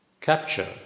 capture